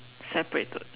separated